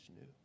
new